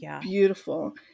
beautiful